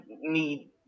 need